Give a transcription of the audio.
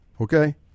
okay